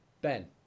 Ben